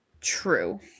true